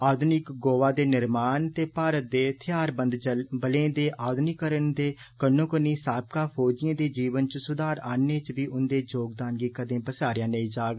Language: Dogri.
आधुनिक गोवा दे निर्माण ते भारत दे थेआरबंद बलें दे आधुनिकीकरण दे कन्नोकन्नी साबका फौजिएं दे जीवनै च सुधार आनने च बी उन्दे योगदान गी कदें बसारेआ नेई जाग